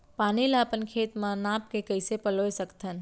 पानी ला अपन खेत म नाप के कइसे पलोय सकथन?